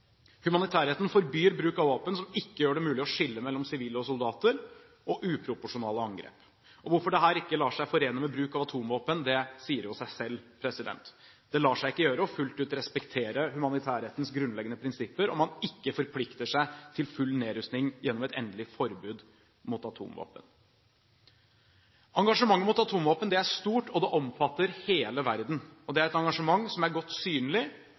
Humanitærretten forbyr bruk av våpen som ikke gjør det mulig å skille mellom sivile og soldater og uproporsjonale angrep. Hvorfor dette ikke lar seg forene med bruk av atomvåpen, sier seg selv. Det lar seg ikke gjøre å fullt ut respektere humanitærrettens grunnleggende prinsipper om man ikke forplikter seg til full nedrustning gjennom et endelig forbud mot atomvåpen. Engasjementet mot atomvåpen er stort og omfatter hele verden. Det er et engasjement som er godt synlig